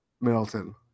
Middleton